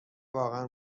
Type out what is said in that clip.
واقعا